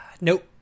Nope